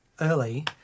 early